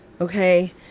okay